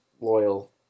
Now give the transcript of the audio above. loyal